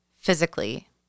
physically